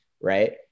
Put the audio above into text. right